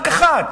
רק אחת,